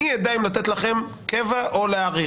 אני אדע אם לתת לכם קבע או להאריך.